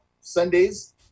Sundays